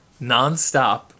nonstop